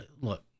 Look